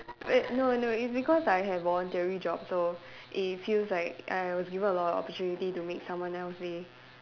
wait no no it's because I have voluntary job so it feels like I was given a lot of opportunity to make someone else day